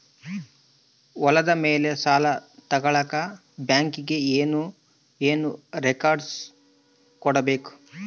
ಹೊಲದ ಮೇಲೆ ಸಾಲ ತಗಳಕ ಬ್ಯಾಂಕಿಗೆ ಏನು ಏನು ರೆಕಾರ್ಡ್ಸ್ ಕೊಡಬೇಕು?